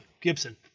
Gibson